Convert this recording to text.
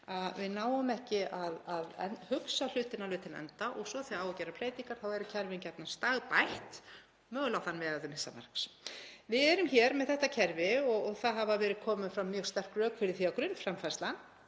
veginn ekki að hugsa hlutina alveg til enda og svo þegar á að gera breytingar eru kerfin gjarnan stagbætt, mögulega á þann veg að þau missa marks. Við erum hér með þetta kerfi og það hafa komið fram mjög sterk rök fyrir því að grunnframfærslan